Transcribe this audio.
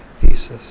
thesis